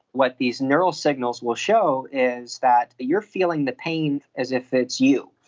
what these neural signals will show is that you are feeling the pain as if it's you,